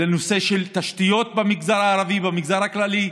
תשתיות במגזר הערבי ובמגזר הכללי,